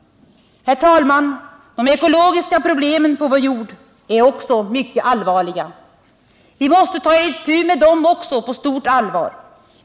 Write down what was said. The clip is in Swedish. Herr talman! De ekologiska problemen på vår jord är också mycket allvarliga. Vi måste ta itu med dem också med mycket stort allvar.